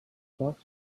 fox